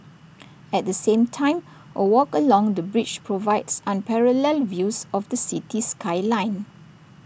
at the same time A walk along the bridge provides unparalleled views of the city skyline